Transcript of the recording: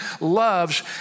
loves